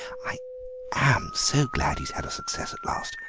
i am so glad he's had a success at last.